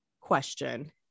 question